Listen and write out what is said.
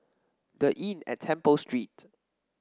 The Inn at Temple Street